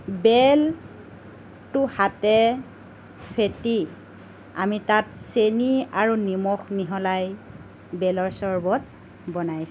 বেলটো হাতে ফেটি আমি তাত চেনী আৰু নিমখ মিহলাই বেলৰ চৰ্বত বনাই খাওঁ